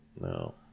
No